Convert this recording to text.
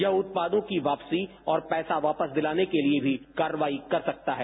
यह उत्पादों की वापसी और पैसा वापस दिलाने के लिए भी कार्रवाई कर सकता है